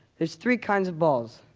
there's three kinds of balls.